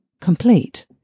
complete